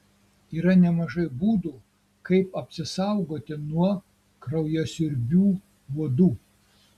yra nemažai būdų kaip apsisaugoti nuo kraujasiurbių uodų